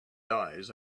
dies